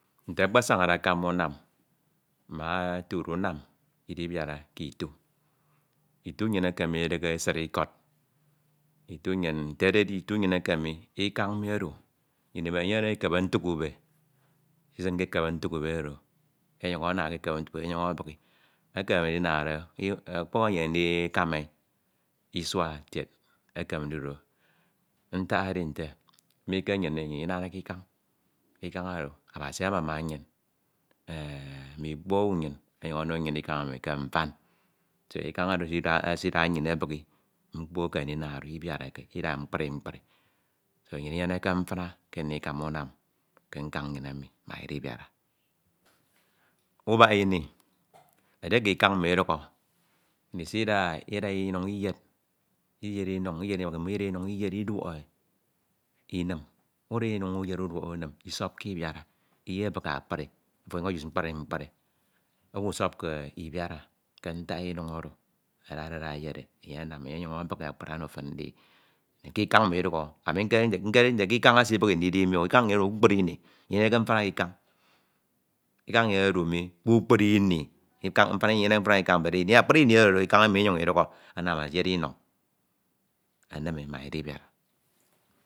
Nte ekepesañade akama unam wat otuda unam Idibian k’Itu, Itu nnyin eke mi Idihe esid Ikod, nte ededi Itu nnyin eke mi, Ikan mi odu, nnyin Imenyene ekebe ntuk ube, isin ke ekebe ntuk ube oro enyuñ ana ke ekebe ntuk ube edo enyuñ ebihi, ekeme ndina do ọkpe kom enyen ndikama e Isua kied ekene ndidu do ntak edi nte mi ke nnyin mi nnyin Inanake Ikañ, Ikañ odu, Abasi amama nnyin. enh mme Ikpo owu nnyin ono nnyin Ikañ emi ke mfan do Ikañ oro Ididu esida nnyin ebihi, mkpo ekeme ndina do Ibiarke Ida mkpri mkpri so nnyin Inyeneke mfina ndikama unam ke nkañ nnyin emi mak Idibiara, ubak ini edike Ikañ midukhọ Isida, Ida Inuñ Ida Iyed, uyed Inuñ Iyed Inuñ ke mmoñ Ida Inuñ Idiọk e inim, uda Inuñ uyed e uduọk unim Isọpke Ibiara, Iyebihi akpri ofo ọnyuñ ouse mkpri mkpri umusọpke Ibiara ke ntak Inun oro edade ada eyed e eye nam enye ọnyuñ ebihi akpri ono fin nde ke Ikañ unidukhọ ami nkekeke nte nkereke nte k’ikañ esibihi ndidi mi o Ikan nnyin ododu kpukpri ini, nnyin Inyeneke mfina k’kara Ikañ nnyin ododu mi kpukpri ini, Ikañ mfina nnyin Inyeneke mfina k’fina but akpri Ini oro Ikañ minyuñ Idukhọ anam eyed Inuñ enim e mak Idibiara.